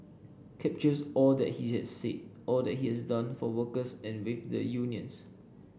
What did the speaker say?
captures all that he had said all that he has done for workers and with the unions